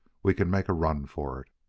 we can make a run for it!